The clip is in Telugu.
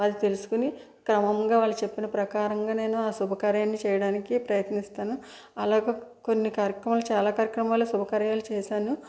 అది తెలుసుకోని క్రమంగా వాళ్ళు చెప్పిన ప్రకారంగా నేను ఆ శుభకార్యాన్ని చేయటానికి ప్రయత్నిస్తాను ఆలోపు కొన్ని కార్యక్రమాలు చాలా కార్యక్రమాలలో శుభకార్యాలు చేశాను